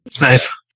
Nice